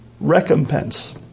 recompense